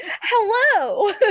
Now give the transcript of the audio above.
Hello